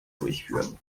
durchführen